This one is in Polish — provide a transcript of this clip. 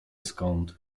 skąd